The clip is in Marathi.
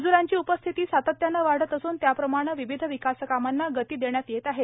मजूरांची उपस्थिती सातत्याने वाढत असून त्याप्रमाणे विविध विकासकामांना गती देण्यात येत आहे